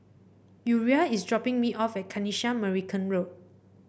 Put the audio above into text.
Uriah is dropping me off at Kanisha Marican Road